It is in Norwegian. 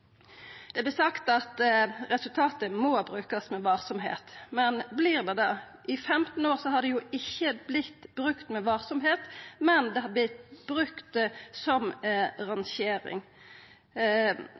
Det vert sagt at resultatet må brukast med varsemd, men vert det det? I 15 år har det ikkje vorte brukt med varsemd, men det har vorte brukt som